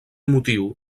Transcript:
motiu